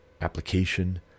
application